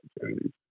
opportunities